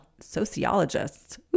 sociologists